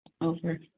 Over